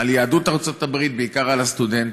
יהדות ארצות הברית, בעיקר הסטודנטים.